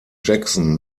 jackson